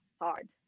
hard